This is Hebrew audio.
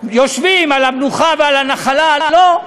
יושבים במנוחה, לא.